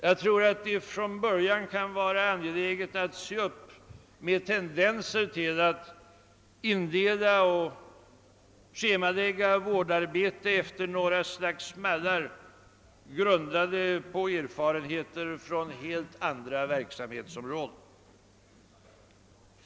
Jag tror att det kan vara angeläget att från början se upp med tendenser att indela och schemalägga vårduppgifter efter några slags mallar, grundande på erfarenheter från helt andra verksamhetsområden.